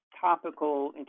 topical